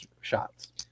shots